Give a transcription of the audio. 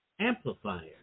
Amplifier